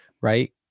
right